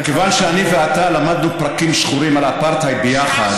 מכיוון שאני ואתה למדנו פרקים שחורים על האפרטהייד ביחד,